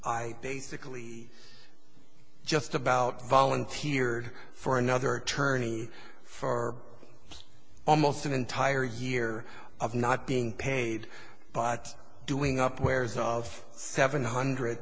i basically just about volunteered for another tourney for almost an entire year of not being paid but doing up wears of seven hundred